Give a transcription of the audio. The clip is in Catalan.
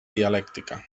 dialèctica